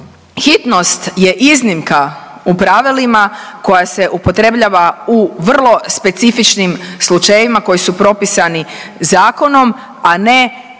Hitnost je iznimka u pravilima koja se upotrebljava u vrlo specifičnim slučajevima koji su propisani zakonom, a ne pravilo